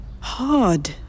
hard